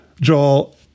Joel